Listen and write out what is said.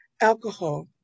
alcohol